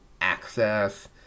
access